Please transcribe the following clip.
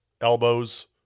elbows